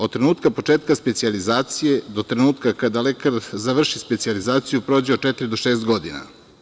Od trenutka početka specijalizacije, do trenutka kada lekar završi specijalizaciju prođe od četiri do šest godina.